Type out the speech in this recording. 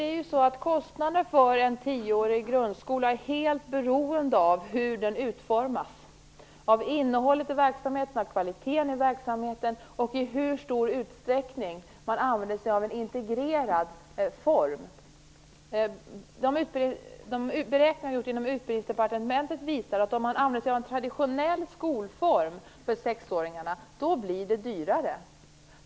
Fru talman! Kostnaderna för en tioårig grundskola är helt beroende av hur den utformas - av innehållet i verksamheten, av kvaliteten i verksamheten och av i hur stor utsträckning man använder sig av en integrerad form. De beräkningar som har gjorts inom Utbildningsdepartementet visar att om man använder en traditionell skolform för sexåringarna blir det dyrare.